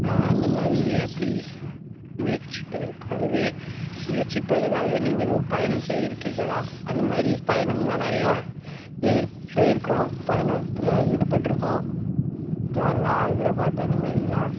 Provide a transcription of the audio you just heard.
அந்த மாதிரி அப்படி முயற்சிப்பதற்காகவே முயற்சிப்பதற்காகவே நீங்கள் ஒரு பயணம் செய்திருக்கிறீர்களா அந்த மாதிரி பயணம்லாம் நிறையா எதிர் போயிருக்கோம் பயணத்தில் ஈடுப்பட்டிருக்கோம் கேரளா ஹைதராபாத் அந்த மாதிரிலாம்